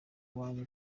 iwanjye